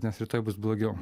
nes rytoj bus blogiau